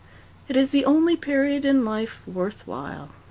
it is the only period in life worth while.